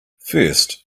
first